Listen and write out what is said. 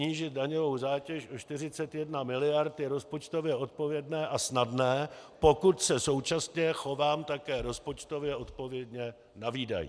Snížit daňovou zátěž o 41 mld. je rozpočtově odpovědné a snadné, pokud se současně chovám také rozpočtově odpovědně na výdajích.